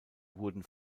wurden